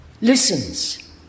listens